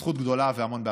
זכות גדולה והמון הצלחה.